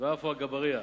ועפו אגבאריה.